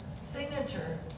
signature